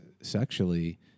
sexually